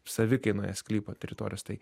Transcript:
savikainoje sklypo teritorijos tai